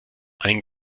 ein